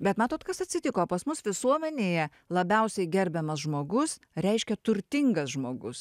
bet matot kas atsitiko pas mus visuomenėje labiausiai gerbiamas žmogus reiškia turtingas žmogus